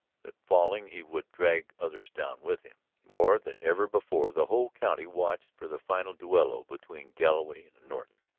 that falling he would drag others down with him. more than ever before the whole county watched for the final duello between galloway and norton.